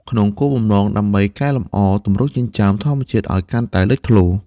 ក្នុងគោលបំណង ដើម្បីកែលម្អទម្រង់ចិញ្ចើមធម្មជាតិឲ្យកាន់តែលេចធ្លោ។